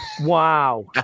Wow